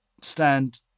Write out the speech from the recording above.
stand